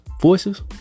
voices